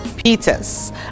Peters